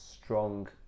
Strong